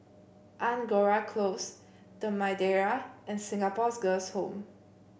Angora Close The Madeira and Singapore's Girls' Home